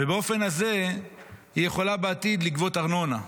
ובאופן הזה היא יכולה בעתיד לגבות ארנונה.